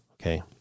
Okay